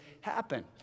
happen